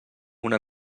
una